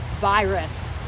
virus